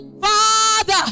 father